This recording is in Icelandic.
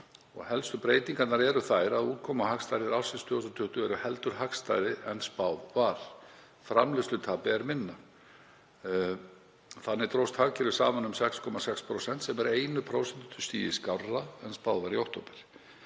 helstu breytingarnar eru þær að útkomuhagstærðir ársins 2020 eru heldur hagstæðari en spáð var. Framleiðslutapið er minna. Þannig dróst hagkerfið saman um 6,6% sem er 1 prósentustigi skárra en spáð var í október.